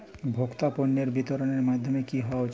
ভোক্তা পণ্যের বিতরণের মাধ্যম কী হওয়া উচিৎ?